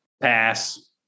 Pass